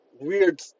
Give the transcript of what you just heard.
Weird